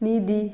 निधी